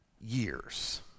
years